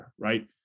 Right